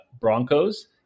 Broncos